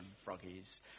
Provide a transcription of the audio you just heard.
froggies